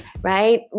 right